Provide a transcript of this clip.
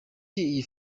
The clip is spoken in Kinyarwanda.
iyi